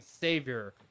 savior